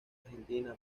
argentina